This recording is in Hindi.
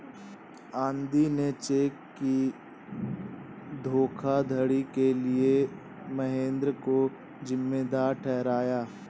आनंदी ने चेक की धोखाधड़ी के लिए महेंद्र को जिम्मेदार ठहराया